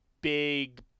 big